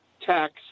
tax